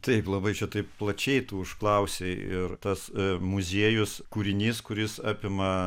taip labai čia taip plačiai tu užklausei ir tas muziejus kūrinys kuris apima